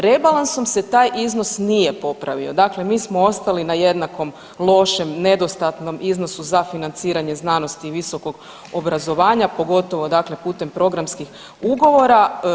Rebalansom se taj iznos nije popravio, dakle mi smo ostali na jednakom lošem nedostatnom iznosu za financiranje znanosti i visokog obrazovanja, pogotovo dakle putem programskih ugovora.